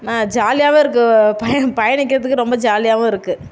ம ஜாலியாகவும் இருக்குது பய பயணிக்கிறதுக்கு ரொம்ப ஜாலியாகவும் இருக்குது